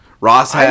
Ross